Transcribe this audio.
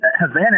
Havana